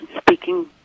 speaking